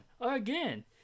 again